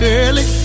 early